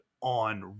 on